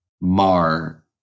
mar